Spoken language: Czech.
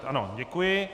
Ano, děkuji.